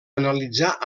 analitzar